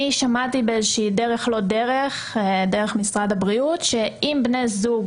אני שמעתי באיזושהי דרך לא דרך - דרך משרד הבריאות שאם בני זוג